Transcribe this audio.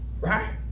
right